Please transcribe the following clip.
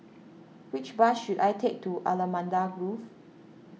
which bus should I take to Allamanda Grove